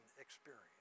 experience